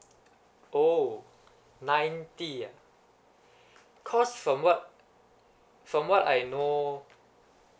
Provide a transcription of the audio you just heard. orh ninety uh cause from what from what I know